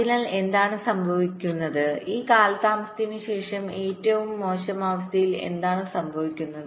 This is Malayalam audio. അതിനാൽ എന്താണ് സംഭവിക്കുന്നത് ഈ കാലതാമസത്തിനുശേഷം ഏറ്റവും മോശം അവസ്ഥയിൽ എന്താണ് സംഭവിക്കുന്നത്